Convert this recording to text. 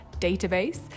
database